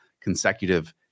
consecutive